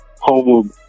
home